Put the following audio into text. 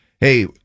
Hey